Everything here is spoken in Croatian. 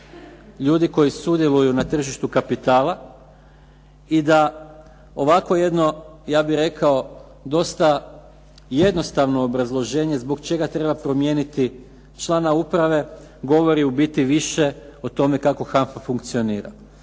ljudi koji sudjeluju na tržištu kapitala i da ovako jedno ja bih rekao dosta jednostavno obrazloženje zbog čega treba promijeniti člana uprave govoriti u biti više o tome kako HANFA funkcionira.